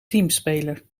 teamspeler